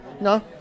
No